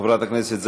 חברת הכנסת זנדברג,